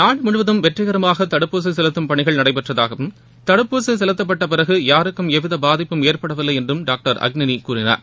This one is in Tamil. நாடு முழுவதும் வெற்றிகரமாக தடுப்பூசி செலுத்தும் பணிகள் நடைபெற்றதாகவும் தடுப்பூசி செலுத்தப்பட்ட பிறகு யாருக்கும் எவ்வித பாதிப்பும் ஏற்படவில்லை என்றும் டாக்டர் அக்னனி கூறினார்